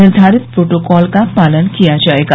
निर्धारित प्रोटोकॉल का पालन किया जाएगा